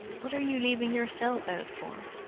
what are you leaving yourself out for?